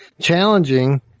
challenging